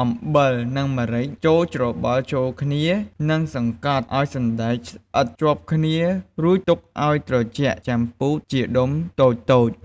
អំបិល និងម្រេចចូលច្របល់ចូលគ្នានិងសង្កត់ឱ្យសណ្តែកស្អិតជាប់គ្នា រួចទុកឱ្យត្រជាក់ចាំពូតជាដុំតូចៗ។